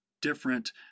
different